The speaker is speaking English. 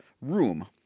room